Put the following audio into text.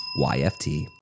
YFT